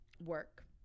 work